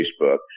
Facebook